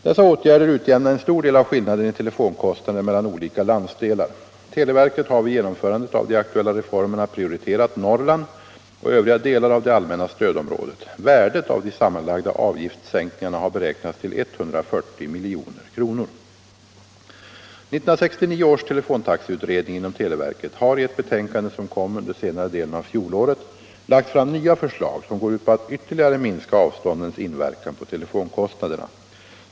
Dessa åtgärder utjämnar en stor del av skillnaden i telefonkostnader mellan olika landsdelar. Televerket har vid genomförandet av de aktuella reformerna prioriterat Norrland och övriga delar av det allmänna stödområdet. Värdet av de sammanlagda avgiftssänkningarna har beräknats till 140 milj.kr. 1969 års telefontaxeutredning inom televerket har i ett betänkande som kom under senare delen av fjolåret lagt fram nya förslag som går ut på att ytterligare minska avståndens inverkan på telefonkostnaderna.